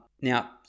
Now